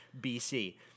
BC